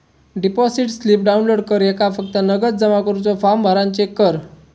deposit slip download कर ह्येका फक्त नगद जमा करुचो फॉर्म भरान चेक कर